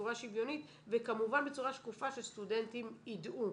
בצורה שוויונית וכמובן בצורה שקופה שסטודנטים ידעו.